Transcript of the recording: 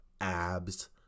abs